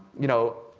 you know,